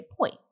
point